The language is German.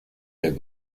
der